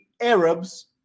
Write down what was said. Arabs